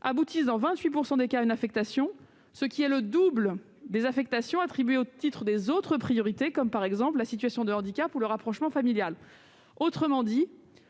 aboutissent dans 28 % des cas à une affectation, soit un taux deux fois supérieur à celui des affectations attribuées au titre des autres priorités telles que la situation de handicap ou le rapprochement familial. Autrement dit,